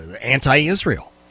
anti-Israel